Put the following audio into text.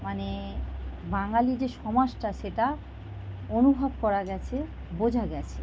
মানে বাঙালি যে সমাজটা সেটা অনুভব করা গিয়েছে বোঝা গিয়েছে